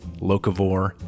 locavore